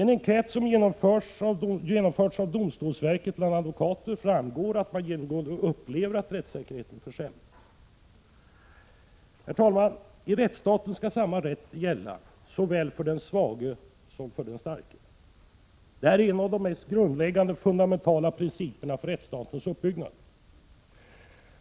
Ten enkät som har genomförts av domstolsverket bland advokater framgår att man genomgående upplever att rättssäkerheten försämrats. Herr talman! I rättsstaten skall samma rätt gälla såväl för den svage som för den starke. Det är en av de mest fundamentala principerna för rättsstatens uppbyggnad.